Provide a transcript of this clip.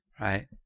Right